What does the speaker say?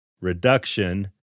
reduction